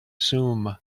zoom